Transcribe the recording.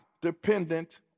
dependent